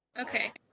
Okay